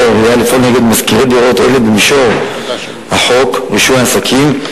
העירייה מתכוונת לפעול נגד משכירי דירות אלה במישור חוק רישוי עסקים,